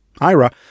Ira